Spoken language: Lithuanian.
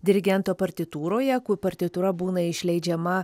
dirigento partitūroje ku partitūra būna išleidžiama